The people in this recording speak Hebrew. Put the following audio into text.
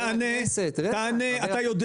תענה תענה, אתה יודע